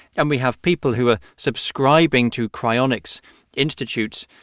and we have people who are subscribing to cryonics institutes,